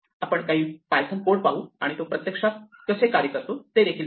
आपण काही Python code पाहू आणि तो प्रत्यक्षात कसे कार्य करते ते पाहू